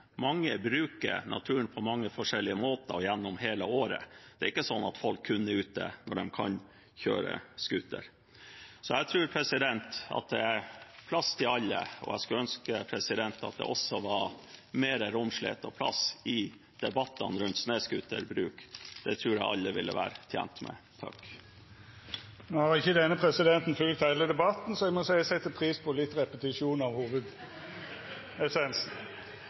er ute når de kan kjøre scooter. Jeg tror at det er plass til alle, og jeg skulle ønske at det også var mer romslighet og plass i debattene rundt snøscooterbruk. Det tror jeg alle ville være tjent med. No har ikkje denne presidenten følgt heile debatten, så han må seia at han set pris på litt repetisjon av